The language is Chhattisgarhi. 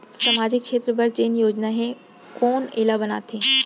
सामाजिक क्षेत्र बर जेन योजना हे कोन एला बनाथे?